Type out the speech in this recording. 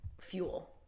fuel